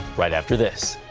right after this.